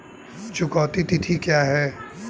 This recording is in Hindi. चुकौती तिथि क्या है?